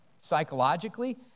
Psychologically